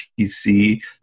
PC